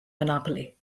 monopoly